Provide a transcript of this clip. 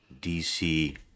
DC